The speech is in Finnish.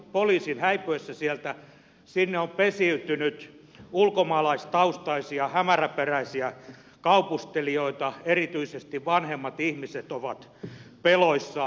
poliisin häivyttyä sieltä sinne on pesiytynyt ulkomaalaistaustaisia hämäräperäisiä kaupustelijoita ja erityisesti vanhemmat ihmiset ovat peloissaan